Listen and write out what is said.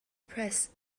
press